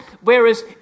Whereas